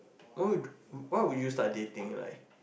what why would you start dating like